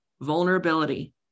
vulnerability